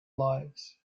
lives